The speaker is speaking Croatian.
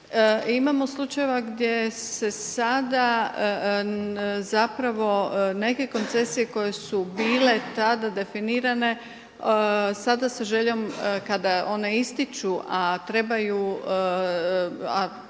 imamo slučajeva gdje se sada neke koncesije koje su bile tada definirane sada sa željom kada one ističu, a